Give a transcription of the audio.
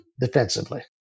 defensively